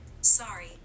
sorry